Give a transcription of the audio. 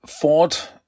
fought